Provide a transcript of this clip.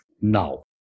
now